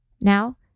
Now